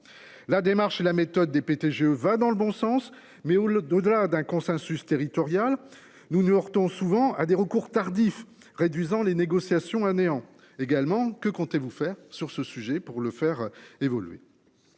La démarche est la méthode des. Va dans le bon sens mais où le au-delà d'un consensus territorial. Nous nous heurtons souvent à des recours tardif réduisant les négociations à néant, également, que comptez-vous faire sur ce sujet pour le faire évoluer.